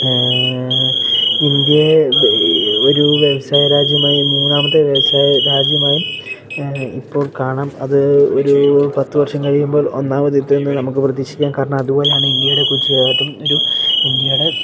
ഇന്ത്യയെ ഒരു വ്യവസായരാജ്യമായും മൂന്നാമത്തെ വ്യവസായ രാജ്യമായും ഇപ്പോൾ കാണാം അത് ഒരു പത്ത് വർഷം കഴിയുമ്പോൾ ഒന്നാമതെത്തൂന്ന് നമുക്ക് പ്രതീക്ഷിക്കാം കാരണം അതുപോലെയാണ് ഇന്ത്യയുടെ കുതിച്ച് ചാട്ടം ഒരു ഇന്ത്യയുടെ